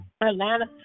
Atlanta